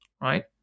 Right